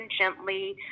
gently